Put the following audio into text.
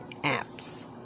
apps